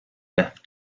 left